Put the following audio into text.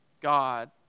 God